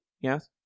yes